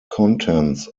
contents